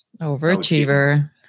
overachiever